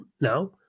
now